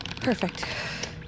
Perfect